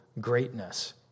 greatness